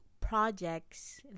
projects